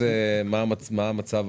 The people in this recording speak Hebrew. מה המצב